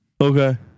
Okay